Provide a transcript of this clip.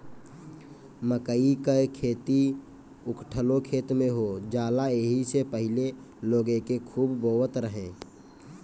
मकई कअ खेती उखठलो खेत में हो जाला एही से पहिले लोग एके खूब बोअत रहे